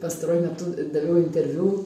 pastaruoju metu daviau interviu